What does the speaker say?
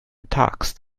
taxed